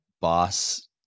boss